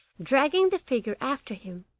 dragging the figure after him.